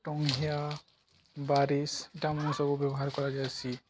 ଟଁଘିଆ ବାରିଶ ଏଟା ଆମର ସବୁ ବ୍ୟବହାର କରାଯାଏସି